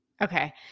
Okay